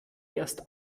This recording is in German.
erst